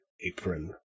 apron